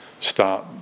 start